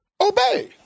Obey